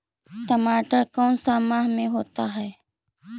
टमाटर कौन सा माह में होता है?